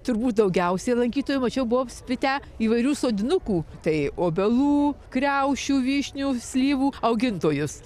turbūt daugiausiai lankytojų mačiau buvo apspitę įvairių sodinukų tai obelų kriaušių vyšnių slyvų augintojus